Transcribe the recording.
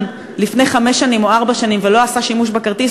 לפני חמש שנים או ארבע שנים ולא עשה שימוש בכרטיס,